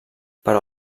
però